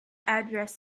address